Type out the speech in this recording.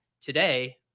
today